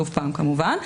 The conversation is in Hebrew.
שוב כמובן,